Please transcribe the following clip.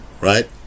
right